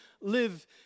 live